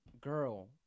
girl